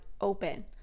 open